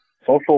Social